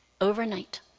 overnight